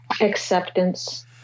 Acceptance